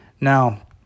Now